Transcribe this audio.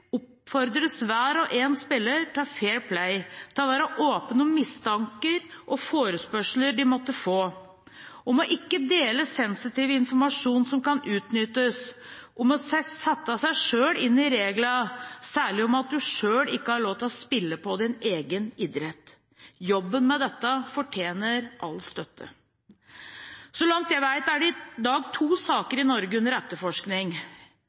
oppfordres hver og en spiller til fair play, til å være åpen om mistanker og forespørsler de måtte få – om ikke å dele sensitiv informasjon som kan utnyttes, om selv å sette seg inn i reglene, særlig om at en selv ikke har lov til å spille på egen idrett. Jobben med dette fortjener all støtte. Så langt jeg vet, er det i Norge i dag to saker under etterforskning.